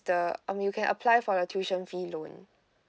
the you can apply for a tuition fee loan